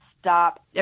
stop